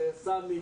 וסמי,